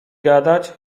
gadać